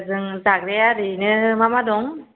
जों जाग्राया ओरैनो मा मा दं